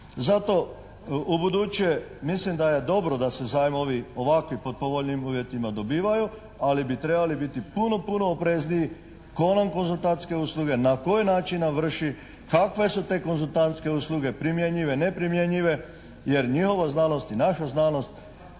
Zato ubuduće mislim da je dobro da se zajmovi ovakvi pod povoljnim uvjetima dobivaju ali bi trebali biti puno, puno oprezniji ko nam konzultantske usluge, na koji način nam vrši, kakve su te konzultantske usluge primjenjive, neprimjenjive jer njihova znanost i naša znanost,